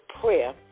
prayer